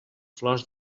flors